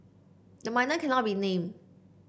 the minor cannot be named